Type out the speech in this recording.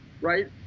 right